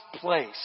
place